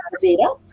data